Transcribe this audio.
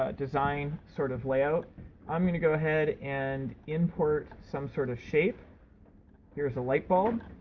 ah design sort of layout i'm going to go ahead and import some sort of shape here's a light bulb,